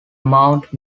mount